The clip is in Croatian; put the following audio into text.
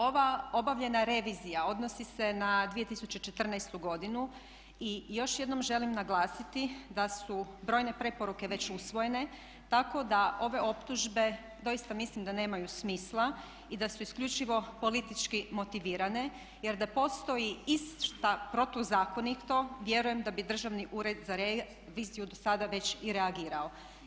Ova obavljena revizija odnosi se na 2014. godinu i još jednom želim naglasiti da su brojne preporuke već usvojene, tako da ove optužbe doista mislim da nemaju smisla i da su isključivo politički motivirane, jer da postoji išta protuzakonito vjerujem da bi Državni ured za reviziju do sada već i reagirao.